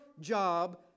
job